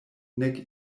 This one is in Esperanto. nek